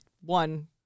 one